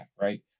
right